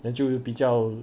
then 就会比较